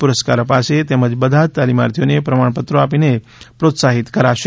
પુરસ્કાર અપાશે તેમજ બધા જ તાલીમાર્થીઓને પ્રમાણપત્રો આપીને પ્રોત્સાહિત કરાશે